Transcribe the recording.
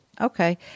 Okay